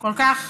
כל כך